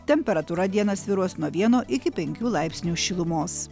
temperatūra dieną svyruos nuo vieno iki penkių laipsnių šilumos